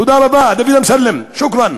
תודה רבה, אדוני אמסלם, שוכראן.